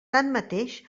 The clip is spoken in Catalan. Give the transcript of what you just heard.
tanmateix